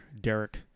Derek